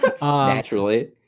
Naturally